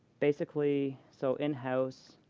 basically so in-house,